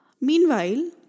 Meanwhile